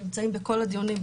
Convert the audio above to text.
שנמצאים בכל הדיונים,